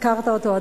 הזכרת אותו,